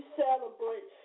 celebrate